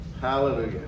Hallelujah